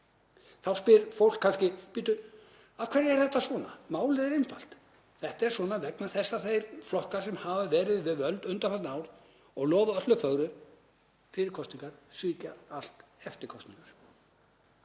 Þá spyr fólk kannski: Af hverju er þetta svona? Málið er einfalt. Þetta er svona vegna þess að þeir flokkar sem hafa verið við völd undanfarin ár og lofað öllu fögru fyrir kosningar svíkja allt eftir kosningar.